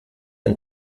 ein